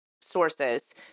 sources